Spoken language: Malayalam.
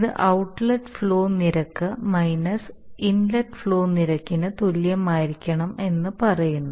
അത് ഔട്ട്ലെറ്റ് ഫ്ലോ നിരക്ക് മൈനസ് ഇൻലെറ്റ് ഫ്ലോ നിരക്കിന് തുല്യമായിരിക്കണം എന്ന് പറയുന്നു